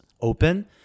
open